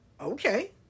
Okay